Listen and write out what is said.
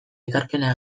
ekarpena